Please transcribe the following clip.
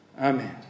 Amen